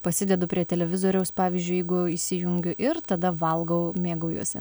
pasidedu prie televizoriaus pavyzdžiui jeigu įsijungiu ir tada valgau mėgaujuosi